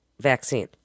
vaccine